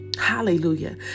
Hallelujah